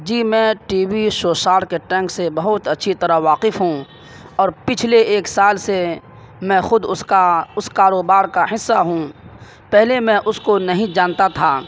جی میں TV show Shark Tank سے بہت اچھی طرح سے واقف ہوں اور پچھلے ایک سال سے میں خود اس کا اس کاروبار کا حصہ ہوں پہلے میں اس کو نہیں جانتا تھا